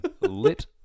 lit